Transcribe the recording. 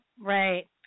right